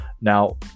Now